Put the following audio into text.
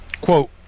quote